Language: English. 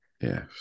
Yes